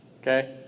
Okay